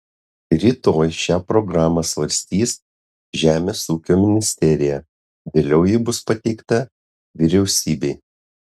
rytoj šią programą svarstys žemės ūkio ministerija vėliau ji bus pateikta vyriausybei